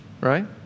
Right